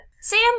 Sam